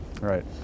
Right